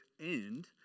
end